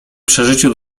przeżyciu